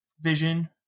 vision